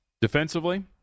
defensively